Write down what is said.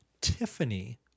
Tiffany